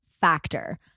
Factor